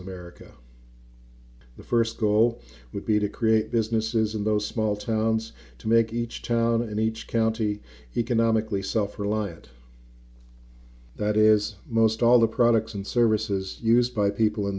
america the st goal would be to create businesses in those small towns to make each town and each county economically self reliant that is most all the products and services used by people in